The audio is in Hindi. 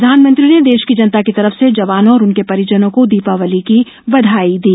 प्रधानमंत्री ने देश की जनता की तरफ से जवानों और उनके परिजनों को दीपावली की बधाई दी